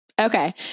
Okay